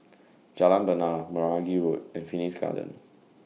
Jalan Bena Meragi Road and Phoenix Garden